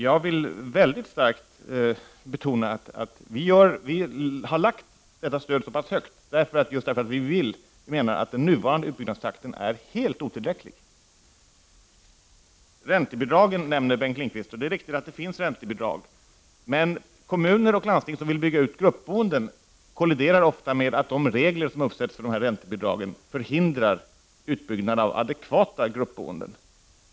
Jag vill starkt betona att vi har föreslagit ett så pass högt stöd därför att vi menar att den nuvarande utbyggnadstakten är helt otillräcklig. Bengt Lindqvist nämner räntebidragen. Det är riktigt att det finns räntebidrag. Men kommuner och landsting som vill bygga ut gruppboendet stöter ofta på att de regler som har ställts upp för räntebidragen förhindrar utbyggnad av adekvat gruppboende.